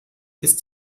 ist